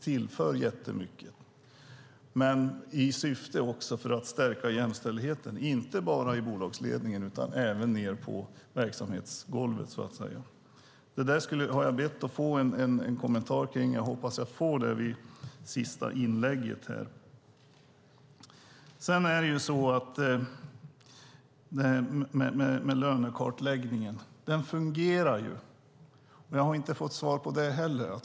Syftet är också att stärka jämställdheten inte bara i bolagsledningen utan också på verksamhetsgolvet. Jag har bett att få en kommentar till det. Jag hoppas få det i det sista inlägget. Lönekartläggningen fungerar ju. Jag har inte fått svar på det heller.